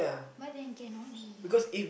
why then cannot win